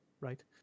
right